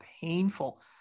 painful